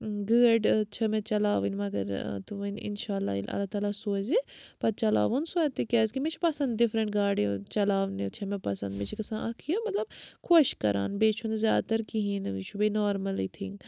گٲڑۍ چھےٚ مےٚ چَلاوٕنۍ مگر تہٕ وَنہِ اِنشاء اللہ ییٚلہِ اللہ تعالیٰ سوزِ پَتہٕ چَلاوُن سۄ تہِ کیٛازکہِ مےٚ چھِ پَسَنٛد ڈِفرنٛٹ گاڑِ چَلاونہِ چھِ مےٚ پَسَنٛد مےٚ چھِ گژھان اَکھ یہِ مطلب خۄش کَران بیٚیہِ چھُنہٕ زیادٕ تَر کِہیٖنۍ یہِ چھُ بیٚیہِ نارمَلٕے تھِنٛگ